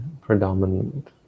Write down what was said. predominant